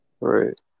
Right